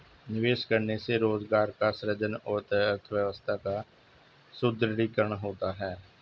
निवेश करने से रोजगार का सृजन और अर्थव्यवस्था का सुदृढ़ीकरण होता है